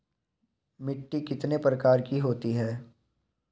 मिट्टी कितने प्रकार की होती हैं?